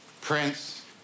Prince